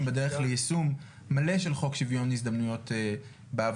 בדרך ליישום מלא של חוק שיוויון הזדמנויות בעבודה,